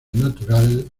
natural